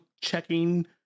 checking